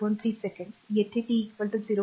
3 secondsइथे t 0